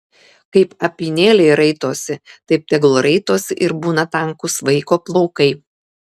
kaip apynėliai raitosi taip tegul raitosi ir būna tankūs vaiko plaukai